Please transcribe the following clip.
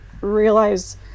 realize